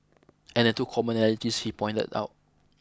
and the two commonalities he pointed out